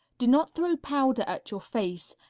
do not throw powder at your face,